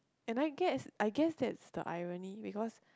and I guess I guess that's the irony because